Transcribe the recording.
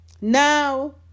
Now